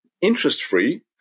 interest-free